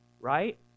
right